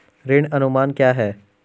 ऋण अनुमान क्या है?